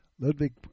Ludwig